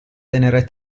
tenere